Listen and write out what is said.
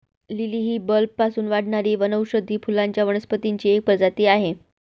lily ही बल्बपासून वाढणारी वनौषधी फुलांच्या वनस्पतींची एक प्रजाती आहे